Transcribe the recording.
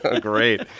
Great